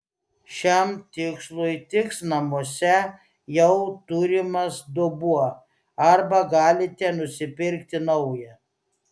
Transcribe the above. šiam tikslui tiks namuose jau turimas dubuo arba galite nusipirkti naują